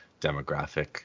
demographic